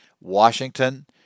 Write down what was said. washington